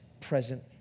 present